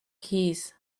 keys